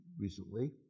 recently